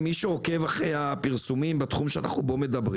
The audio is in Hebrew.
למי שעוקב אחרי הפרסומים בתחום שאנחנו מדברים בו,